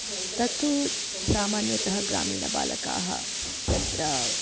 तत्तु सामान्यतः ग्रामीणबालकाः तत्र